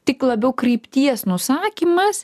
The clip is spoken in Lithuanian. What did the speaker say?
tik labiau krypties nusakymas